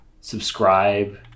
subscribe